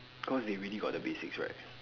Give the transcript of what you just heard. cause they really got the basics right